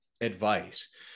advice